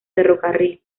ferrocarril